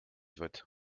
wird